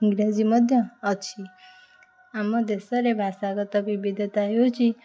ଇଂରାଜୀ ମଧ୍ୟ ଅଛି ଆମ ଦେଶରେ ଭାଷାଗତ ବିବିଧତା ହେଉଛି